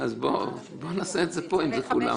אז בואו נעשה את זה פה אם זה כולם.